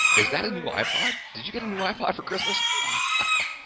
is that a new ipod? did you get a new ipod for christmas? wow,